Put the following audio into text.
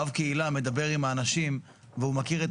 רב קהילה מדבר עם האנשים והוא מכיר את